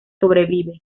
sobrevive